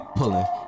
pulling